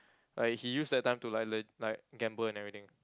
like he used that time to like le~ like gamble and everything